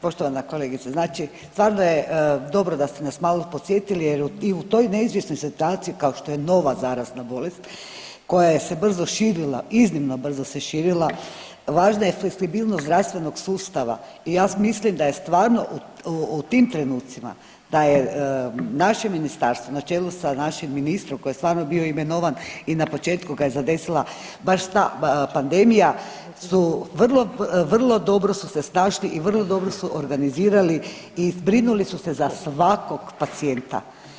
Poštovana kolegice, znači stvarno je dobro da ste nas malo podsjetili jer i u toj neizvjesnoj situaciji kao što je nova zarazna bolest koja se brzo širila, iznimno brzo se širila, važna je fleksibilnost zdravstvenog sustava i ja mislim da je stvarno u tim trenucima, da je naše Ministarstvo na čelu sa našim ministrom koji je stvarno bio imenovan i na početku ga je zadesila baš ta pandemija, su vrlo, vrlo dobro su se snašli i vrlo dobro su organizirali i zbrinuli su se za svakog pacijenta.